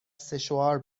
سشوار